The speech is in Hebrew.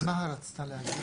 (הישיבה נפסקה בשעה 12:33 ונתחדשה בשעה 12:37.)